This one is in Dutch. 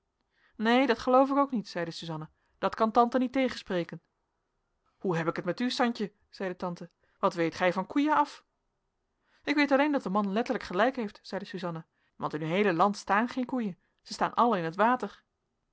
neen dat geloof ik ook zeide suzanna dat kan tante niet tegenspreken hoe heb ik het met u santje zeide tante wat weet gij van koeien af ik weet alleen dat de man letterlijk gelijk heeft zeide suzanna want in uw heele land staan geen koeien zij staan alle in t water